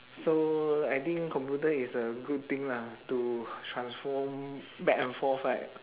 so I think computer is a good thing lah to transform back and forth right